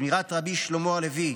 זמירת רבי שלמה הלוי: